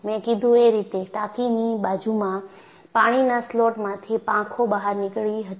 મેં કીધું એ રીતે ટાંકીની બાજુઓમાં પાણીના સ્લોટમાંથી પાંખો બહાર નીકળી હતી